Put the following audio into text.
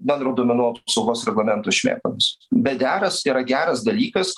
bendro duomenų apsaugos reglamento šmėklomis bedearas yra geras dalykas